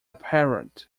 parrot